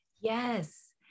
Yes